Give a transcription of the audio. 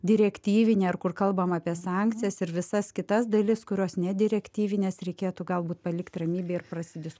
direktyvinė ar kur kalbam apie sankcijas ir visas kitas dalis kurios nedirektyvinės reikėtų galbūt palikt ramybėj ir prasidis